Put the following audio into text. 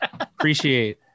appreciate